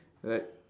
like